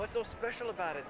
what's so special about it